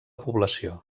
població